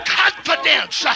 confidence